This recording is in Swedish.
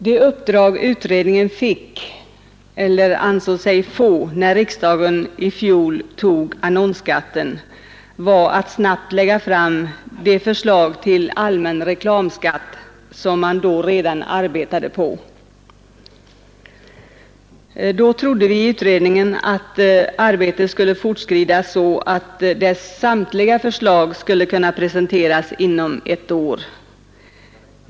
Det uppdrag utredningen fick — eller ansåg sig få — när riksdagen i fjol tog annonsskatten var att snabbt lägga fram det förslag till allmän reklamskatt som man redan arbetade på. Då trodde vi i utredningen att arbetet skulle fortskrida så att utredningens samtliga förslag skulle kunna presenteras inom ett år.